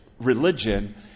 religion